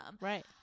right